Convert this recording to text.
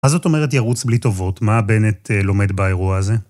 מה זאת אומרת ירוץ בלי טובות? מה בנט לומד באירוע הזה?